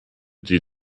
die